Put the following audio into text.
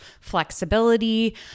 flexibility